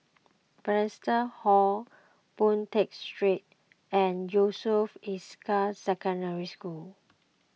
Bethesda Hall Boon Tat Street and Yusof Ishak Secondary School